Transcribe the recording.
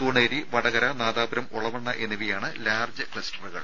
തൂണേരി വടകര നാദാപുരം ഒളവണ്ണ എന്നിവയാണ് ലാർജ് ക്ലസ്റ്ററുകൾ